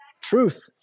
Truth